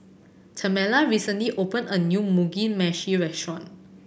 Tamela recently opened a new Mugi Meshi restaurant